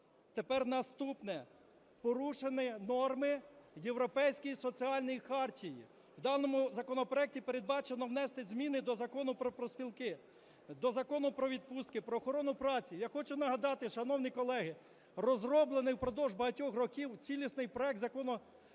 Тепер наступне. Порушені норми Європейської соціальної хартії. В даному законопроекті передбачено внести зміни до Закону про профспілки, до Закону "Про відпустки", "Про охорону праці". Я хочу нагадати, шановні колеги, розроблений впродовж багатьох років цілісний проект проекту